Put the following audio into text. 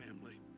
family